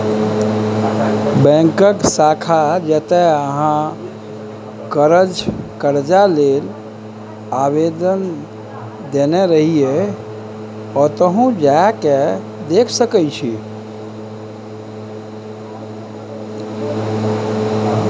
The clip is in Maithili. बैकक शाखा जतय अहाँ करजा लेल आवेदन देने रहिये ओतहु जा केँ देखि सकै छी